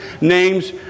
names